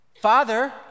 Father